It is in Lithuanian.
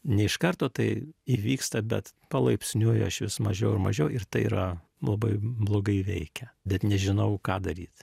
ne iš karto tai įvyksta bet palaipsniui aš vis mažiau ir mažiau ir tai yra labai blogai veikia net nežinau ką daryt